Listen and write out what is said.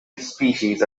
species